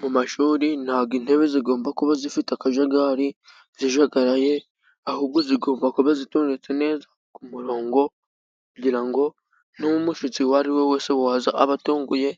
Mu mashuri ntabwo intebe zigomba kuba zifite akajagari zijagaraye， ahubwo zigomba kuba zitondetse neza ku murongo，kugira ngo n'umushyitsi uwo ari we wese，ni aza abatunguye，